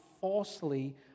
falsely